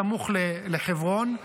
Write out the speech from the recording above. בסמוך לחברון,